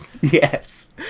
Yes